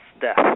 death